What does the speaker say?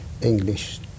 English